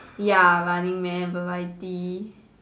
ya running man variety